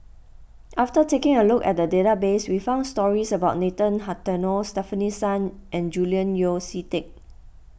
after taking a look at the database we found stories about Nathan Hartono Stefanie Sun and Julian Yeo See Teck